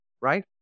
right